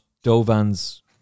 Dovan's